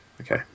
Okay